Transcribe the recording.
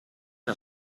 una